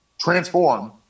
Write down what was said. transform